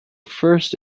first